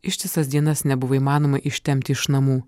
ištisas dienas nebuvo įmanoma ištempti iš namų